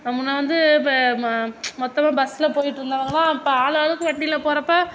முன்னே வந்து மொத்தமாக பஸ்சில் போய்விட்டு இருந்தவங்களெலாம் இப்போ ஆள் ஆளுக்கு வண்டியில் போகிறப்ப